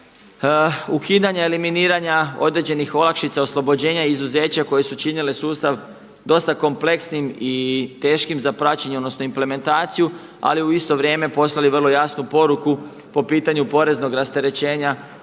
ukidanja, eliminiranja određenih olakšica, oslobođenja i izuzeća koje su činile sustav dosta kompleksnim i teškim za praćenje, odnosno implementaciju. Ali u isto vrijeme poslali vrlo jasnu poruku po pitanju poreznog rasterećenja